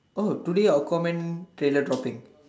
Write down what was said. oh today Aquaman trailer dropping